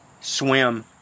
Swim